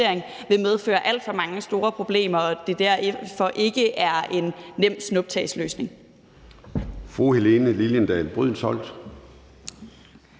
ville medføre alt for mange store problemer, og at det derfor ikke er en nem snuptagsløsning.